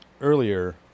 earlier